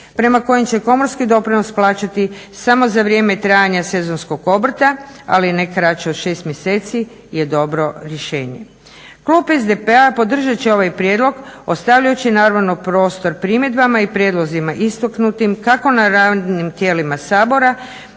prema kojem će komorski doprinos plaćati samo za vrijeme trajanja sezonskog obrta ali ne kraće od 6 mjeseci je dobro rješenje. Klub SDP-a podržati će ovaj prijedlog ostavljajući naravno prostor primjedbama i prijedlozima istaknutim kako na radnim tijelima Sabora